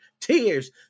tears